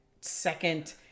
second